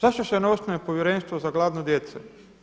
Zašto se ne osnuje povjerenstvo za gladnu djecu?